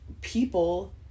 people